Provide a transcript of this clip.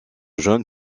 jeune